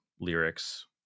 lyrics